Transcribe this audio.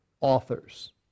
authors